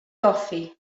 goffi